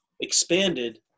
expanded